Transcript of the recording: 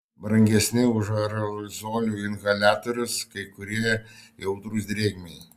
brangesni už aerozolių inhaliatorius kai kurie jautrūs drėgmei